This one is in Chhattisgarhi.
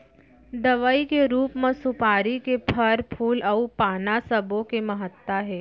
दवई के रूप म सुपारी के फर, फूल अउ पाना सब्बो के महत्ता हे